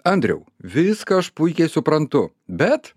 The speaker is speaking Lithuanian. andriau viską aš puikiai suprantu bet